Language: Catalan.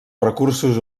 recursos